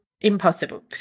impossible